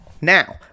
Now